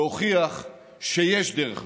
להוכיח שיש דרך אחרת.